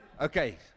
Okay